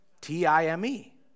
T-I-M-E